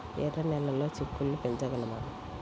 ఎర్ర నెలలో చిక్కుళ్ళు పెంచగలమా?